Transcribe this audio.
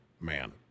man